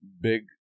big